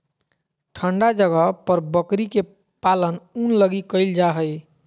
ठन्डा जगह पर बकरी के पालन ऊन लगी कईल जा हइ